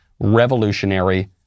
revolutionary